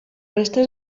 restes